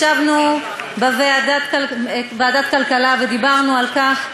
ישבנו בוועדת הכלכלה ודיברנו על כך,